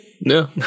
No